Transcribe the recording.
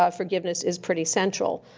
ah forgiveness is pretty central.